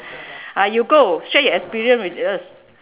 ah you go share your experience with us